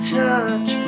touch